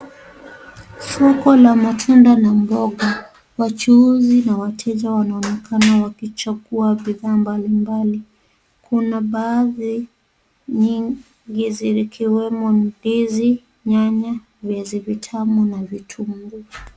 Soko la matunda na mboga. Wachuuuzi na wateja wanaonekana wakichagua bidhaa mbali mbali. Kuna baadhi nyingi zikiwemo ndizi, nyanya, viazi vitamu na vitunguu.